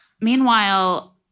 meanwhile